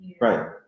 Right